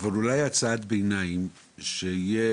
אבל אולי ההצעת ביניים שיהיה